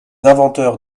inventeurs